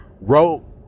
wrote